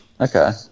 Okay